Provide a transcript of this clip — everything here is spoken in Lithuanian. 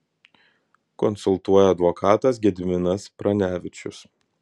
konsultuoja advokatas gediminas pranevičius